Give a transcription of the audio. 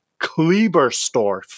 Kleberstorf